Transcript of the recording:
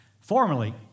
Formerly